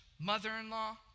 mother-in-law